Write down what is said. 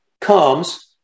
comes